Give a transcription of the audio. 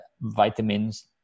vitamins